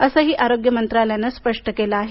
असंही आरोग्य मंत्रालयांनं स्पष्ट केलं आहे